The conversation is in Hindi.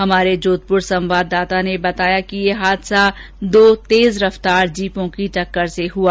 हमारे जोधपुर संवाददाता ने बताया कि ये हादसा दो तेज रफ़तार जीपों की टक्कर से हुआ